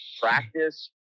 practice